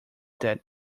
that